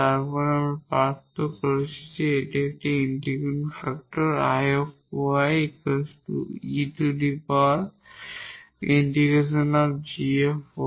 তারপর আমরা প্রাপ্ত করেছি যে এটি হবে ইন্টিগ্রেটিং ফ্যাক্টর 𝐼 𝑦 𝑒 ∫ 𝑔 𝑦